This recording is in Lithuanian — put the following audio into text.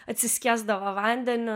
atsiskiesdavo vandeniu